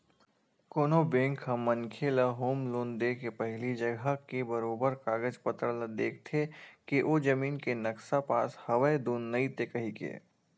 कोनो बेंक ह मनखे ल होम लोन देके पहिली जघा के बरोबर कागज पतर ल देखथे के ओ जमीन के नक्सा पास हवय धुन नइते कहिके